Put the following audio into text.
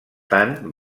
tant